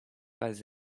pas